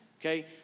Okay